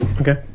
Okay